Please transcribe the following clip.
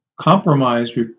compromise